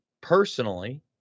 personally